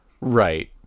Right